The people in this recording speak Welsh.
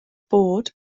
bod